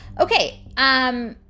Okay